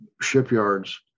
shipyards